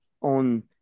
on